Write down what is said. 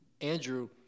Andrew